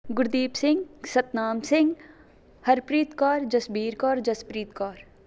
Gurdeep Singh Satnam Singh Harpreet Kaur Jasvir Kaur Jaspreet Kaur